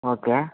okay